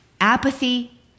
apathy